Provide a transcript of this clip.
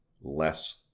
less